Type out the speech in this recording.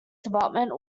development